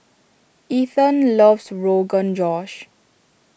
Ethan loves Rogan Josh